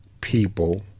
people